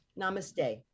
namaste